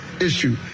issue